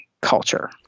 culture